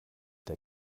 der